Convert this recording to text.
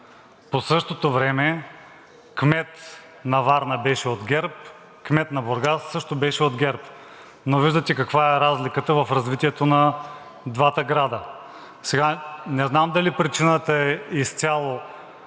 По същото време кмет на Варна беше от ГЕРБ, кмет на Бургас също беше от ГЕРБ, но виждате каква е разликата в развитието на двата града. Не знам дали причината е изцяло